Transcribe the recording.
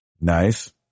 Nice